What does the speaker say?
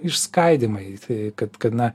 išskaidymai tai kad kad na